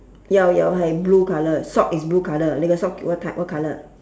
jau jau hai blue colour sock is blue colour lei go sock what type what colour